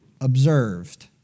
observed